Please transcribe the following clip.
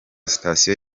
sitasiyo